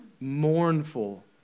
mournful